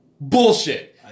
Bullshit